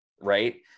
Right